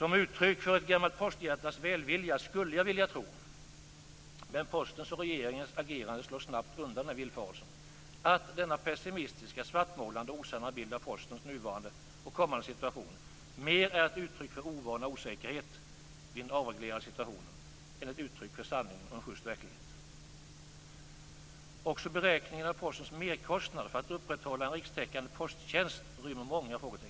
Som uttryck för ett gammalt posthjärtas välvilja skulle jag vilja tro, men Postens och regeringens agerande slår snabbt undan denna villfarelse, att denna pessimistiska, svartmålade och osanna bild av Postens nuvarande och kommande situation mer är ett uttryck för ovana och osäkerhet vid den avreglerade situationen än ett uttryck för sanningen och en schyst verklighet. Också beräkningarna av Postens merkostnad för att upprätthålla en rikstäckande posttjänst rymmer många frågetecken.